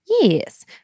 Yes